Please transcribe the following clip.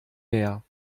mehr